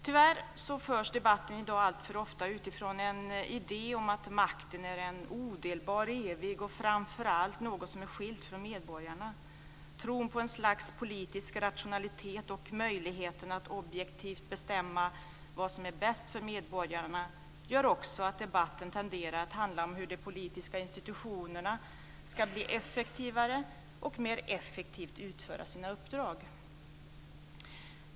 Tyvärr förs debatten i dag alltför ofta utifrån en idé om att makten är en, odelbar, evig och framför allt något som är skilt från medborgarna. Tron på ett slags politisk rationalitet och möjligheten att objektivt bestämma vad som är bäst för medborgarna gör också att debatten tenderar att handla om hur de politiska institutionerna ska bli effektivare och mer effektivt utföra sina uppdrag.